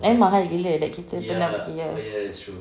and mahal gila like kita pula dia